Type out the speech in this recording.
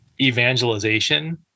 evangelization